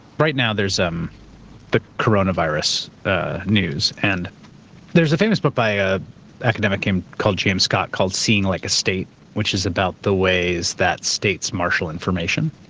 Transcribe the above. right now there's um the coronavirus ah news, and there's a famous book by an academic and called james scott called seeing like a state, which is about the ways states marshal information,